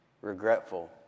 regretful